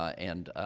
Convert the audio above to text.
ah and,